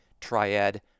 triad